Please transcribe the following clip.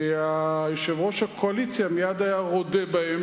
כי יושב-ראש הקואליציה מייד היה רודה בהם,